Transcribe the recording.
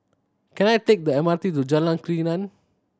can I take the M R T to Jalan Krian